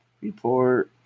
Report